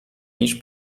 niż